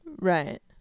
Right